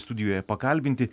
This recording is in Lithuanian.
studijoje pakalbinti